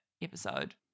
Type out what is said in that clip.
episode